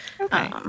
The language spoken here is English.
Okay